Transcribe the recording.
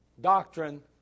doctrine